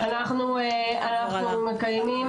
אנחנו מחויבים